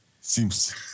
Seems